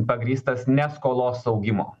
pagrįstas ne skolos augimo